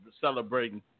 celebrating